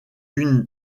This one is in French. une